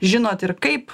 žinot ir kaip